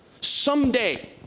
Someday